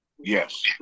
Yes